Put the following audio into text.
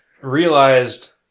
realized